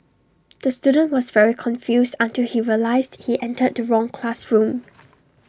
the student was very confused until he realised he entered the wrong classroom